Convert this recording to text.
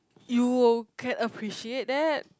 you will can appreciate that